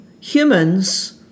Humans